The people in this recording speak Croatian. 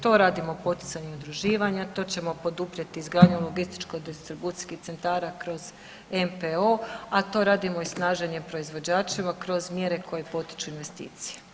To radimo poticanjem udruživanja, to ćemo poduprijeti izgradnjom logističko distribucijskih centara kroz MPO, a to radimo i snaženjem proizvođača kroz mjere koje potiču investicije.